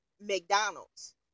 mcdonald's